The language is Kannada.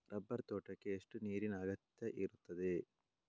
ರಬ್ಬರ್ ತೋಟಕ್ಕೆ ಎಷ್ಟು ನೀರಿನ ಅಗತ್ಯ ಇರುತ್ತದೆ?